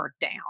down